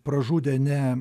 pražudė ne